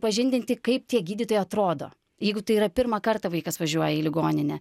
supažindinti kaip tie gydytojai atrodo jeigu tai yra pirmą kartą vaikas važiuoja į ligoninę